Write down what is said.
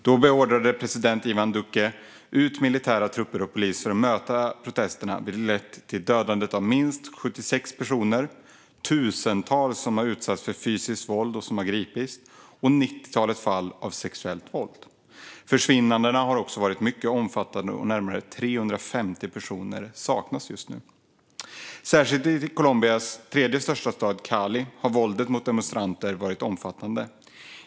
Då beordrade president Iván Duque ut militära trupper och polis för att möta protesterna, vilket har lett till dödandet av minst 76 personer, till att tusentals människor har utsatts för fysiskt våld och gripits och till ett nittiotal fall av sexuellt våld. Försvinnandena har varit mycket omfattande, och närmare 350 personer saknas just nu. Särskilt i Colombias tredje största stad Cali har våldet mot demonstranter varit omfattade.